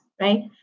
right